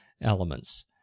elements